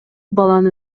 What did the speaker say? баланы